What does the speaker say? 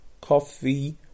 coffee